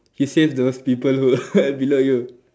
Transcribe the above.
he saved those people who are below you